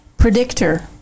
Predictor